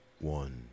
one